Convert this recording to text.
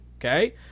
okay